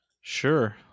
Sure